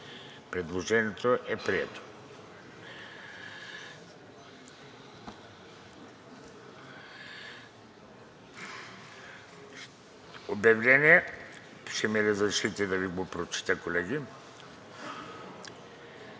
Предложението е прието. Обявление – ще ми разрешите да го прочета, колеги.